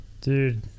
Dude